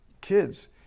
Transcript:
kids